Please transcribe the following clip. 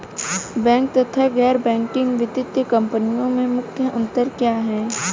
Bank तथा गैर banking वित्तीय कंपनियों में मुख्य अंतर क्या है?